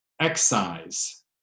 excise